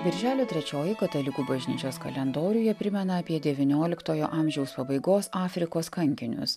birželio trečioji katalikų bažnyčios kalendoriuje primena apie devynioliktojo amžiaus pabaigos afrikos kankinius